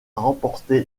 remporté